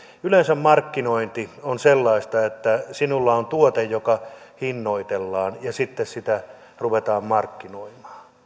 yleensä markkinointi on sellaista että sinulla on tuote joka hinnoitellaan ja sitten sitä ruvetaan markkinoimaan